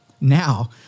now